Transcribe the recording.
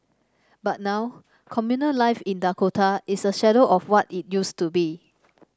but now communal life in Dakota is a shadow of what it used to be